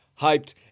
hyped